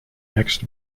next